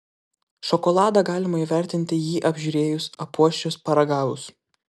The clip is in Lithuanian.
šokoladą galima įvertinti jį apžiūrėjus apuosčius paragavus